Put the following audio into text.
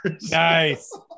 Nice